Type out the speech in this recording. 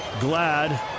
Glad